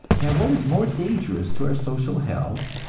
and what is more dangerous to our social health,